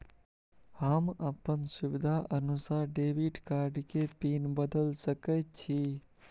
हम अपन सुविधानुसार डेबिट कार्ड के पिन बदल सके छि?